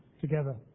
together